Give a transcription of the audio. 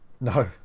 No